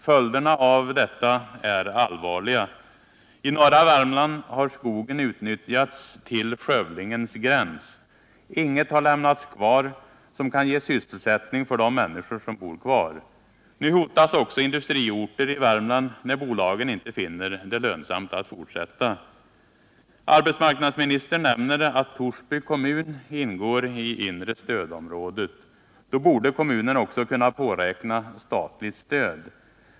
Följderna av detta är allvarliga. I norra Värmland har skogen utnyttjats till skövlingens gräns. Inget har lämnats kvar som kan ge sysselsättning för de människor som bor kvar. Nu hotas också industriorter i Värmland när bolagen inte finner det lönsamt att fortsätta. Arbetsmarknadsministern nämner att Torsby ingår i det inre stödområdet. Då borde kommunen också kunna påräkna statligt stöd.